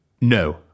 no